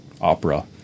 opera